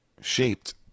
shaped